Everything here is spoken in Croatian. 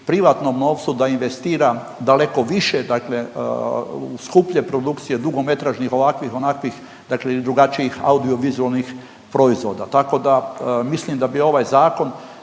privatnom novcu da investira daleko više dakle u skuplje produkcije, dugometražnih, ovakvih, onakvih dakle drugačijih audio vizualnih proizvoda. Tako da mislim da bi ovaj zakon